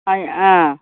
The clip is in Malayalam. ആ